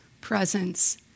presence